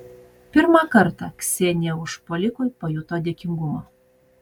pirmą kartą ksenija užpuolikui pajuto dėkingumą